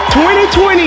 2020